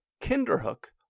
Kinderhook